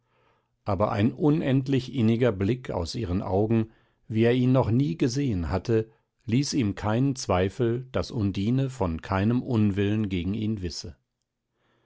aber ein unendlich inniger blick aus ihren augen wie er ihn noch nie gesehn hatte ließ ihm keinen zweifel daß undine von keinem unwillen gegen ihn wisse